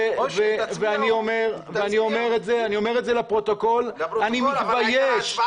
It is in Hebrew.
ואני אומר אני אומר את זה לפרוטוקול אני מתבייש,